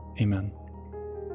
Amen